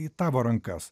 į tavo rankas